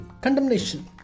Condemnation